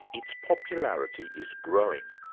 its popularity is growing.